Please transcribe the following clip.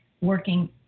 working